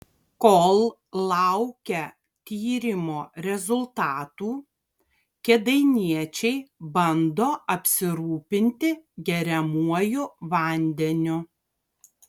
kol laukia tyrimo rezultatų kėdainiečiai bando apsirūpinti geriamuoju vandeniu